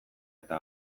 eta